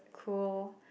cool